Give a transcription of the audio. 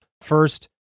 first